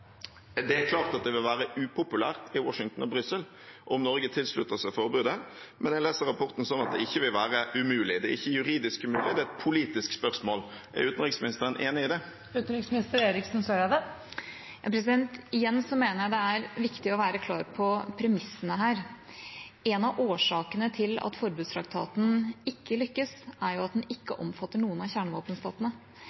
Det er klart at det vil være upopulært i Washington og Brussel om Norge slutter seg til forbudet, men jeg leser rapporten slik at det ikke vil være umulig. Det er ikke juridisk umulig, det er et politisk spørsmål. Er utenriksministeren enig i det? Igjen mener jeg det er viktig å være klar over premissene her. En av årsakene til at forbudstraktaten ikke lykkes, er at den ikke